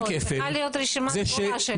זהו, צריכה להיות רשימה ברורה.